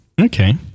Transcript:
Okay